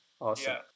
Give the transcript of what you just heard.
Awesome